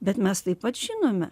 bet mes taip pat žinome